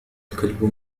الكلب